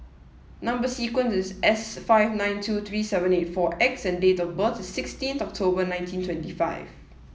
number sequence is S five nine two three seven eight four X and date of birth is sixteen October nineteen twenty five